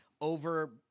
over